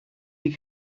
your